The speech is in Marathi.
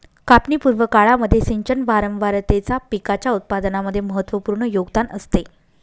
कापणी पूर्व काळामध्ये सिंचन वारंवारतेचा पिकाच्या उत्पादनामध्ये महत्त्वपूर्ण योगदान असते